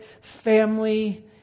family